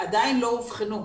עדיין לא אובחנו.